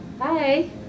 Hi